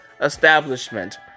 establishment